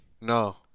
No